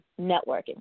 networking